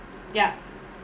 ya